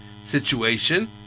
situation